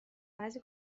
بعضی